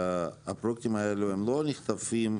הפרויקטים האלה לא נחטפים.